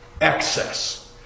excess